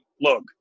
look